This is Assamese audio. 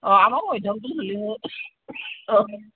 অঁ আমাকো হৈ থাকক বুলি অঁ